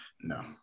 no